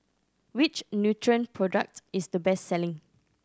which Nutren product is the best selling